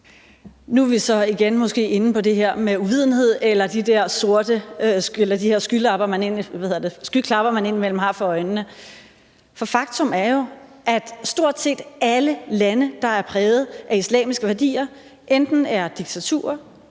Nu er vi måske så igen inde på det her med uvidenhed eller de her skyklapper, man indimellem har for øjnene. For faktum er jo, at stort set alle lande, der er præget af islamiske værdier, enten er diktaturer